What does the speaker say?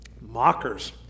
mockers